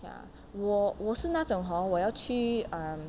ya 我我是那种 hor 我要去 um